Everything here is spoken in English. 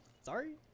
sorry